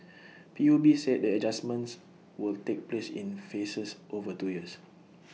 P U B said the adjustments will take place in phases over two years